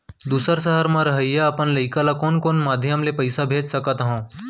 दूसर सहर म रहइया अपन लइका ला कोन कोन माधयम ले पइसा भेज सकत हव?